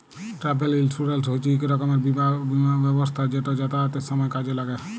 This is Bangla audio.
ট্রাভেল ইলসুরেলস হছে ইক রকমের বীমা ব্যবস্থা যেট যাতায়াতের সময় কাজে ল্যাগে